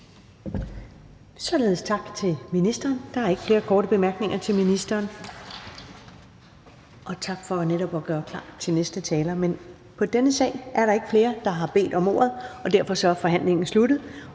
Således tak til ministeren. Der er ikke flere korte bemærkninger til ministeren. Tak for at gøre klar til næste taler. På denne sag er der ikke flere, der har bedt om ordet, og derfor er forhandlingen sluttet.